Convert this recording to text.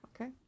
Okay